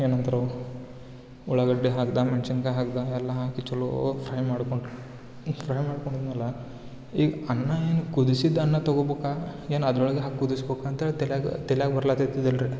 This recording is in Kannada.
ಏನಂತಾರ ಉಳ್ಳಾಗಡ್ಡೆ ಹಾಕ್ದೆ ಮೆಣಸಿನ್ಕಾಯಿ ಹಾಕ್ದೆ ಎಲ್ಲ ಹಾಕಿ ಚಲೋ ಫ್ರೈ ಮಾಡ್ಕೊಂಡು ಫ್ರೈ ಮಾಡ್ಕೊಂಡಿದ್ಮೇಲ ಈಗ ಅನ್ನ ಏನು ಕುದಿಸಿದ ಅನ್ನ ತಗೋಬೇಕ ಏನಾ ಅದ್ರೊಳಗೆ ಹಾಕಿ ಕುದಿಸ್ಬೇಕ್ ಅಂತೇಳಿ ತಲೆಯಾಗ್ ತಲೆಯಾಗ್ ಬರಲು ಹತ್ತಿತ್ತಿದಿಲ್ಲ ರೀ